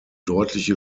deutliche